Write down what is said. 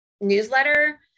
newsletter